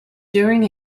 during